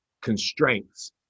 constraints